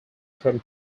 from